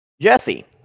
Jesse